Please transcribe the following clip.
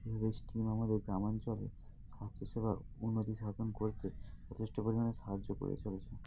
এইভাবেই স্টেম আমাদের গ্রামাঞ্চলে স্বাস্থ্যসেবার উন্নতি সাধন করতে যথেষ্ট পরিমাণে সাহায্য করে চলেছে